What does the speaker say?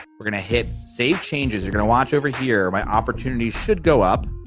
we're gonna hit save changes. you're gonna watch over here, my opportunities should go up.